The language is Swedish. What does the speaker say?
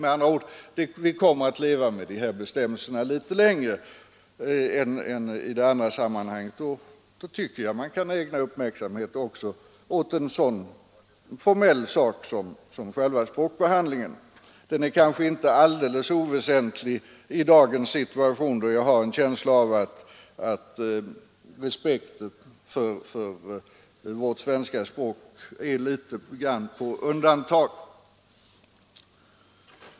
Med andra ord: vi kommer att leva med de här bestämmelserna litet längre än i bolagssammanhanget, och då tycker jag att man kan ägna uppmärksamhet också åt en sådan formell sak som själva språkbehandlingen. Den är inte alls oväsentlig i dagens situation — jag har en känsla av att respekten för vårt svenska språk är satt på undantag.